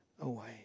away